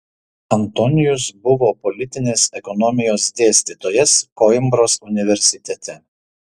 antonijus buvo politinės ekonomijos dėstytojas koimbros universitete